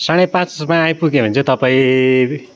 साँढे पाँचमा आइपुग्यो भने चाहिँ तपाईँ